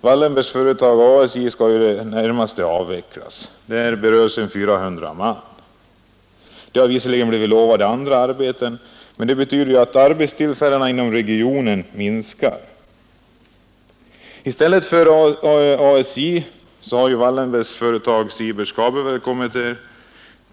Wallenbergs företag ASJ skall ju i det närmaste avvecklas, och det berör omkring 400 man. En del av dem har visserligen blivit lovade andra arbeten, men det betyder ändå att arbetstillfällena inom regionen minskar. I stället för ASJ har Wallenbergs företag Sieverts kabelverk kommit